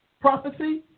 prophecy